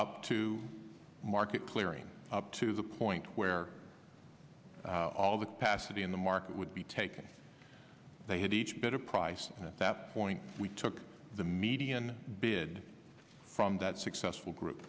up to market clearing up to the point where all the capacity in the market would be taken they had each bit a price at that point we took the median bid from that successful group